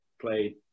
played